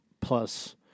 Plus